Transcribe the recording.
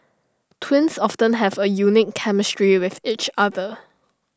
twins often have A unique chemistry with each other